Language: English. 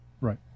Right